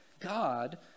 God